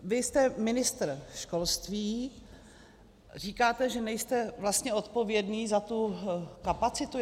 Vy jste ministr školství a říkáte, že nejste vlastně odpovědný za tu kapacitu.